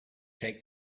take